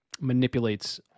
manipulates